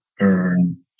earn